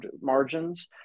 margins